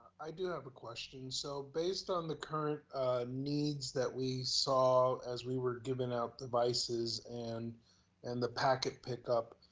i do have a question. so based on the current needs that we saw as we were giving out devices and and the packet pickup,